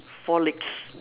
four legs